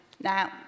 Now